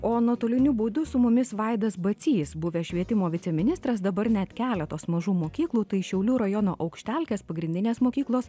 o nuotoliniu būdu su mumis vaidas bacys buvęs švietimo viceministras dabar net keletos mažų mokyklų tai šiaulių rajono aukštelkės pagrindinės mokyklos